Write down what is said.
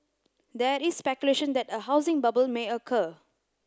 there is speculation that a housing bubble may occur